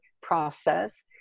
process